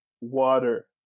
Water